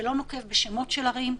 שלא נוקב בשמות של ערים,